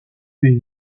les